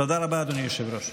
תודה רבה, אדוני היושב-ראש.